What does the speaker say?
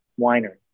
winery